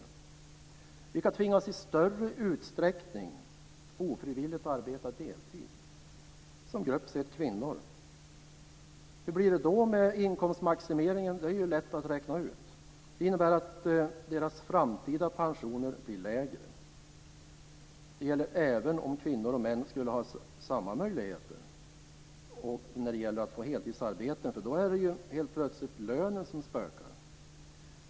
Som grupp sett tvingas kvinnor i större utsträckning att ofrivilligt arbeta deltid. Hur det då blir med deras inkomstmaximering är lätt att räkna ut. Deras framtida pensioner blir lägre. Detta gäller även om kvinnor och män skulle ha samma möjligheter och beträffande möjligheterna att få heltidsarbeten. Då är det helt plötsligt lönen som spökar.